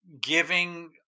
giving